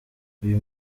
uyu